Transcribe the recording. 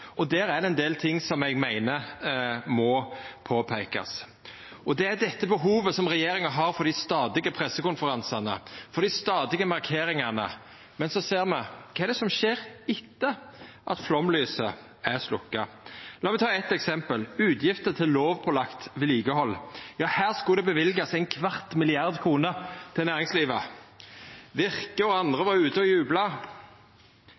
der er det ein del eg meiner må verta påpeikt. Det gjeld behovet som regjeringa har for dei stadige pressekonferansane og dei stadige markeringane. Men kva skjer etter at flomlyset er sløkt? Lat meg ta eit eksempel: utgifter til lovpålagd vedlikehald. Her skulle det løyvast ein kvart milliard kroner til næringslivet. Virke og andre